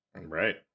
Right